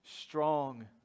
Strong